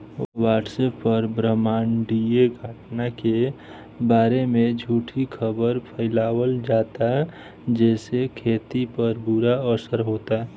WhatsApp पर ब्रह्माण्डीय घटना के बारे में झूठी खबर फैलावल जाता जेसे खेती पर बुरा असर होता